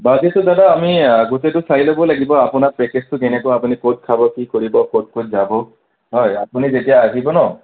বাকীটো দাদা আমি গোটেইটো চাই ল'ব লাগিব আপোনাৰ পেকেজটো কেনেকুৱা আপুনি ক'ত খাব কি কৰিব ক'ত ক'ত যাব হয় আপুনি যেতিয়া আহিব ন